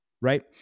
Right